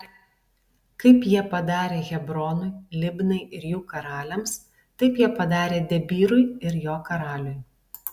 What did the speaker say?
kaip jie padarė hebronui libnai ir jų karaliams taip jie padarė debyrui ir jo karaliui